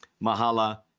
Mahala